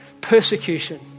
persecution